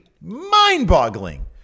mind-boggling